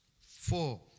Four